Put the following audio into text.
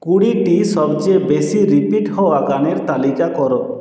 কুড়িটি সবচেয়ে বেশি রিপিট হওয়া গানের তালিকা করো